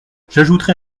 j’ajouterai